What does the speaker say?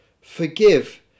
forgive